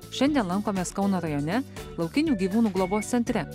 šiandien lankomės kauno rajone laukinių gyvūnų globos centre